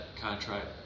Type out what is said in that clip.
contract